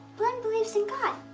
blynn believes in god.